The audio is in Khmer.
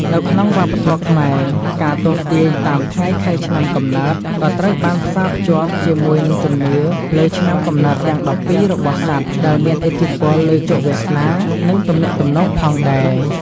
នៅក្នុងវប្បធម៌ខ្មែរ ការទស្សន៍ទាយតាមថ្ងៃខែឆ្នាំកំណើតក៏ត្រូវបានផ្សារភ្ជាប់ជាមួយនឹងជំនឿលើ ឆ្នាំកំណើតទាំង ១២ របស់សត្វ ដែលមានឥទ្ធិពលលើជោគវាសនា និងទំនាក់ទំនងផងដែរ។